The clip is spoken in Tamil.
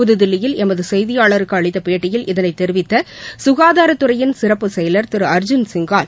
புகுதில்லியில் எமதுசெய்தியாளருக்குஅளித்தபேட்டியில் இதனைதெரிவித்தசுகாதாரத்துறையின் சிறப்புச் செயலர் திரு அர்ஜுன் சிங்கால்